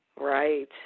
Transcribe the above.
Right